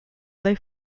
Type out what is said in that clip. they